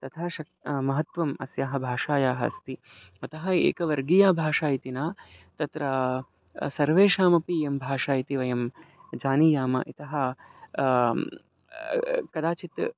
तथा शक् महत्त्वम् अस्याः भाषायाः अस्ति अतः एकवर्गीया भाषा इति न तत्र सर्वेषामपि इयं भाषा इति वयं जानीयाम यतः कदाचित्